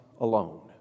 alone